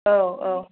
आव आव